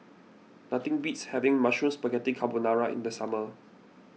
nothing beats having Mushroom Spaghetti Carbonara in the summer